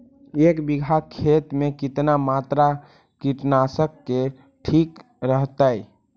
एक बीघा खेत में कितना मात्रा कीटनाशक के ठिक रहतय?